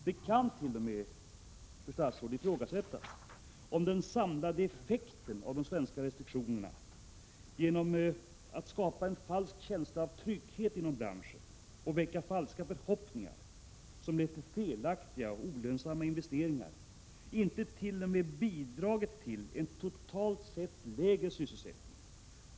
Det kan, fru statsråd, ifrågasättas om den samlade effekten av de svenska restriktionerna — genom att skapa en falsk känsla av trygghet inom branschen och väcka falska förhoppningar, som lett till felaktiga och olönsamma investeringar — inte t.o.m. bidragit till en totalt sett lägre sysselsättning.